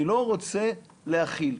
אני לא רוצה להכיל.